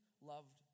loved